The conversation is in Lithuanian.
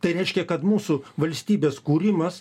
tai reiškia kad mūsų valstybės kūrimas